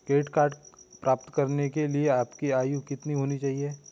Credit card प्राप्त करने के लिए आपकी आयु कितनी होनी चाहिए?